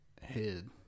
head